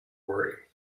worry